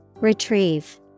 retrieve